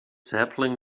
sapling